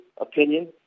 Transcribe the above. opinion